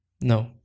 No